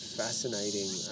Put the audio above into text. fascinating